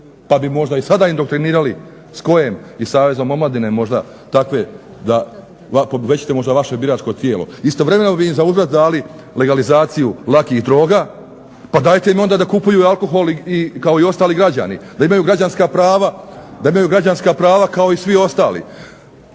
pa bi možda i sada indoktrinirali SKOJ-em i Savezom omladine možda takve da …/Govornik se ne razumije./… istovremeno bi im za uzvrat dali legalizaciju lakih droga, pa dajte im onda da kupuju alkohol kao i ostali građani, da imaju građanska prava kao i svi ostali.